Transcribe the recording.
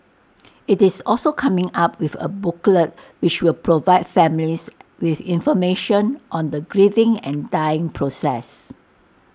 IT is also coming up with A booklet which will provide families with information on the grieving and dying process